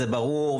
זה ברור,